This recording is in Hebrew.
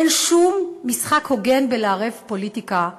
אין שום משחק הוגן בלערב פוליטיקה וספורט,